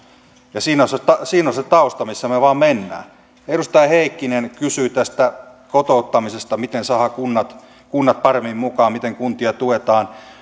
ja siinä on se tausta missä me vaan menemme edustaja heikkinen kysyi tästä kotouttamisesta miten saadaan kunnat paremmin mukaan miten kuntia tuetaan